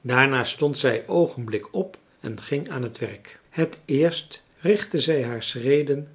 daarna stond zij oogenblikkelijk op en ging aan het werk het eerst richtte zij haar schreden